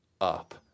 up